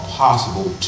possible